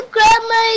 Grandma